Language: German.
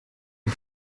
und